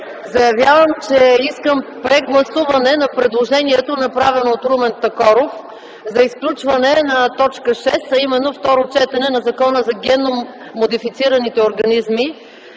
заявявам, че искам прегласуване на предложението, направено от Румен Такоров за изключване на т. 6, а именно второ четене на Закона за генно модифицираните организми